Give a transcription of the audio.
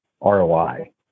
ROI